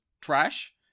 trash